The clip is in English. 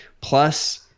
Plus